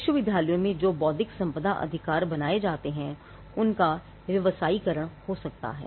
विश्वविद्यालयों में जो बौद्धिक संपदा अधिकार बनाए जाते हैं उनका व्यवसायीकरण हो सकता है